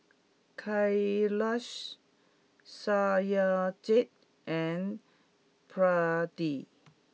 Kailash Satyajit and Pradip